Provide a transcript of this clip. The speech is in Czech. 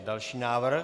Další návrh.